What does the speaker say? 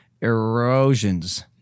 Erosions